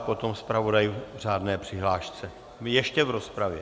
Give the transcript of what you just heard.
Potom zpravodaj v řádné přihlášce ještě v rozpravě.